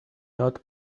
not